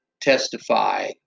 testify